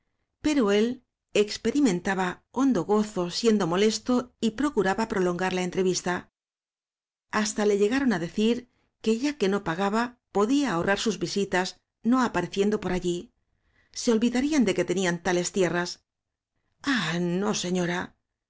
pero él ex perimentaba hondo gozo siendo molesto y pro curaba prolongar la entrevista hasta le llega ron á decir que ya que no pagaba podía aho rrar sus visitas no apareciendo por allí se ol vidarían de que tenían tales tierras ah no señora